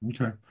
Okay